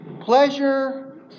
pleasure